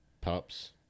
Pups